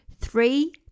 Three